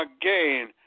again